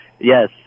Yes